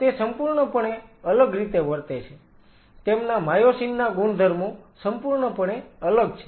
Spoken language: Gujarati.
તે સંપૂર્ણપણે અલગ રીતે વર્તે છે તેમના માયોસિન ના ગુણધર્મો સંપૂર્ણપણે અલગ છે